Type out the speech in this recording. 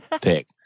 pick